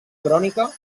crònica